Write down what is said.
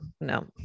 no